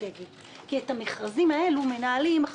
אסטרטגי כי החשב הכללי מנהל את המכרזים האלו ואתה,